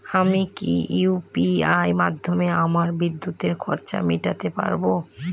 আমি কি ইউ.পি.আই মাধ্যমে আমার বিদ্যুতের খরচা মেটাতে পারব?